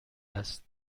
است